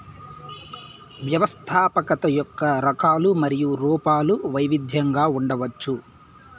వ్యవస్థాపకత యొక్క రకాలు మరియు రూపాలు వైవిధ్యంగా ఉండవచ్చు